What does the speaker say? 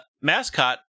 mascot